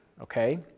okay